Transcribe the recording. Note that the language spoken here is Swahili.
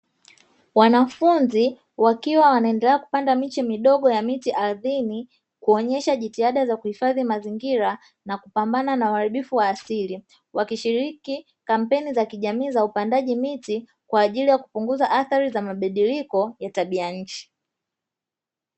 Wanafunzi wakiwa wanaendelea kupanda miche midogo ardhini kuonyesha jitihada za kuhifadhi mazingira na kupambana na uharibifu wa asili, wakishiriki kampeni za kijamii za upandaji miti kwa ajili kupunguza athari za mabadiliko ya tabia nchi.